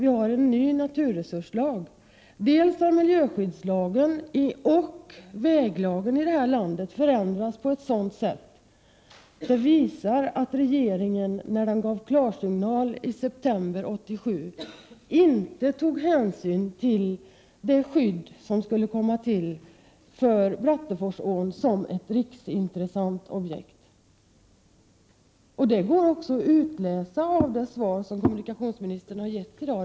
Dels har vi en ny naturresurslag, dels har miljöskyddslagen och väglagen i det här landet förändrats på ett sätt som visar att regeringen när den gav klarsignal i september 1987 inte tog hänsyn till det skydd som skulle komma till för Bratteforsån som ett riksintressant objekt. Det går också att utläsa av det svar som kommunikationsministern har gett i dag.